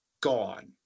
gone